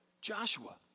Joshua